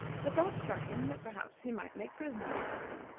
the thought struck him that perhaps he might make prisoners of them,